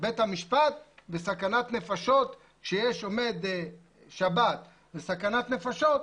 בית המשפט בסכנת נפשות, שיש עומד שבת וסכנת נפשות,